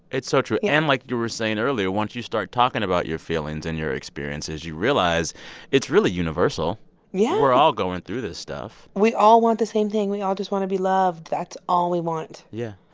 it's so true. and, like you were saying earlier, once you start talking about your feelings and your experiences, you realize it's really universal yeah we're all going through this stuff we all want the same thing. we all just want to be loved. that's all we want yeah.